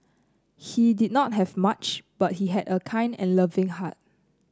he did not have much but he had a kind and loving heart